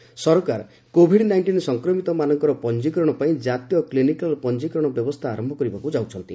clinical registration ସରକାର Covid nineteen ସଂକ୍ରମିତମାନଙ୍କର ପଞ୍ଜିକରଣ ପାଇଁ ଜାତୀୟ କ୍ଲିନିକାଲ୍ ପଞ୍ଜିକରଣ ବ୍ୟବସ୍ଥା ଆରମ୍ଭ କରିବାକୁ ଯାଉଛନ୍ତି